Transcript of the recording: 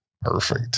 Perfect